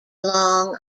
long